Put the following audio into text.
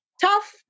tough